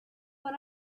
when